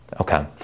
Okay